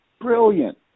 brilliant